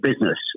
business